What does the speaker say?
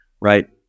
right